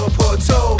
porto